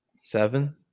seven